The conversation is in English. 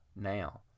now